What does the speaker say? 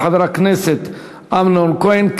של חבר הכנסת אמנון כהן,